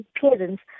parents